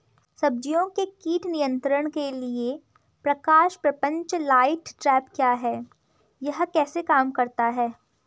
सब्जियों के कीट नियंत्रण के लिए प्रकाश प्रपंच लाइट ट्रैप क्या है यह कैसे काम करता है?